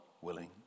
willing